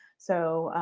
so,